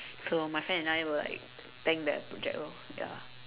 so my friend and I will like tank that project lor ya